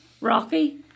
Rocky